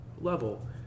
level